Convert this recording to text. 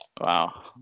Wow